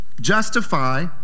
justify